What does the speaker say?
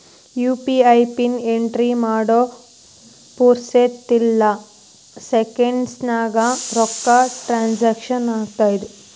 UPI PIN entry ಮಾಡೋ ಪುರ್ಸೊತ್ತಿಗಿಲ್ಲ ಸೆಕೆಂಡ್ಸ್ನ್ಯಾಗ ರೊಕ್ಕ ಟ್ರಾನ್ಸ್ಫರ್ ಆಗತ್ತ